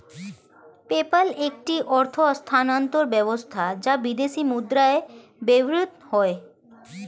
PayPal একটি অর্থ স্থানান্তর ব্যবস্থা যা বিদেশী মুদ্রায় ব্যবহৃত হয়